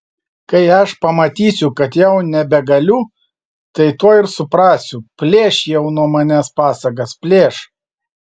kai aš pamatysiu kad jau nebegaliu tai tuoj ir suprasiu plėš jau nuo manęs pasagas plėš